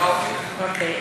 אפילו אוסאמה?